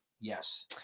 Yes